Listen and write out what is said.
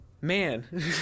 Man